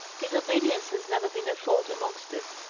disobedience has never been a fault amongst us,